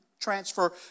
transfer